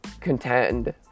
contend